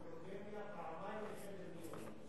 היפוגליקמיה פעמיים לחדר מיון, יש לי אותה.